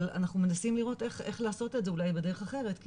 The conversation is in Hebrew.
אבל אנחנו מנסים לראות איך לעשות את זה אולי בדרך אחרת כי